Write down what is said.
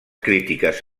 crítiques